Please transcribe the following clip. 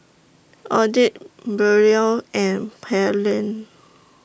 Odette Brielle and Pearline